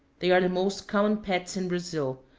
they are the most common pets in brazil,